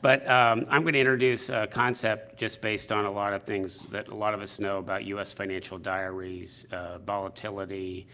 but, um, i'm going to introduce a concept, just, based on a lot of things that a lot of us know about u s. financial diaries' volatility